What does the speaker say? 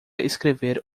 escrever